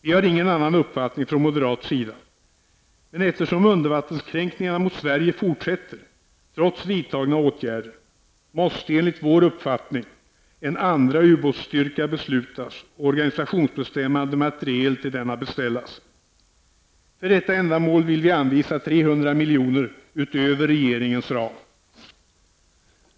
Vi har ingen annan uppfattning från moderat sida, men eftersom undervattenskränkningarna mot Sverige fortsätter, trots vidtagna åtgärder, måste enligt vår uppfattning en andra ubåtsstyrka beslutas och organisationsbestämmande materiel till denna beställas. För detta ändamål vill vi anvisa 300 miljoner utöver regeringens ram.